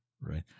Right